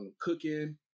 cooking